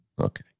Okay